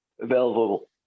available